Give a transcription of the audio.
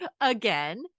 again